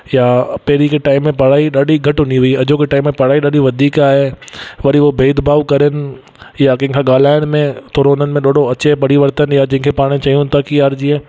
या पहिरीं कंहिं टाईम में पढ़ाई ॾाढी घटि हूंदी हुई अॼोके टाईम में पढ़ाई ॾाढी वधीक आहे वरी हो भेद भाव करनि या कंहिं खां ॻाल्हाइण में थोरो उन्हनि में ॾाढो अचे परिवर्तन या जेके पाण चऊं था की यार जीअं